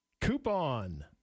Coupon